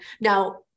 Now